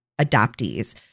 adoptees